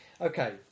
Okay